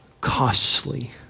costly